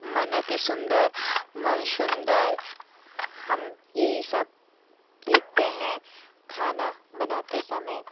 मन अति सुन्दर मन शुन्दर हम यही सब देखते हैं खाना बनाते समय